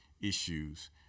issues